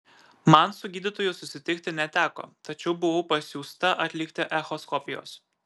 man su gydytoju susitikti neteko tačiau buvau pasiųsta atlikti echoskopijos